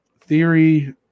Theory